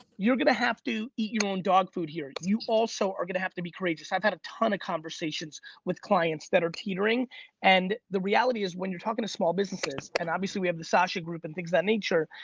you're gonna have to eat your own dog food here. you also are gonna have to be courageous. i've had a ton of conversations with clients that are teetering and the reality is when you're talking to small businesses and obviously we have the sasha group and things of that nature,